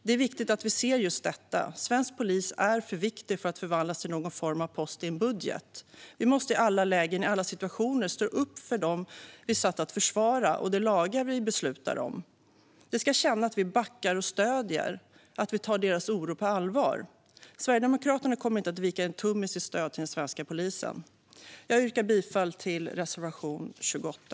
Det är viktigt att vi ser detta. Svensk polis är för viktig för att förvandlas till någon form av post i en budget. Vi måste i alla lägen och alla situationer stå upp för de lagar vi beslutar om och för dem vi är satta att försvara. De ska känna att vi backar och stöder och att vi tar deras oro på allvar. Sverigedemokraterna kommer inte att vika en tum i sitt stöd till den svenska polisen. Jag yrkar bifall till reservation 28.